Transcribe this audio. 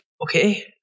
Okay